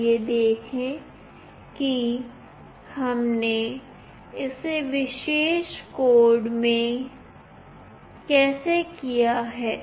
आइए देखें कि हमने इसे विशेष कोड में कैसे किया है